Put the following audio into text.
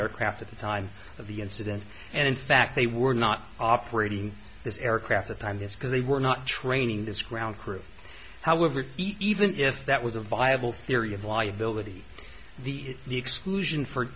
aircraft at the time of the incident and in fact they were not operating this aircraft that i'm this because they were not training this ground crew however even if that was a viable theory of liability the the exclusion for